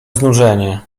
znużenie